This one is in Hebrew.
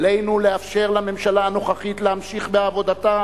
עלינו לאפשר לממשלה הנוכחית להמשיך בעבודתה